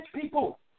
people